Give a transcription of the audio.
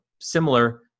similar